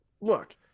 Look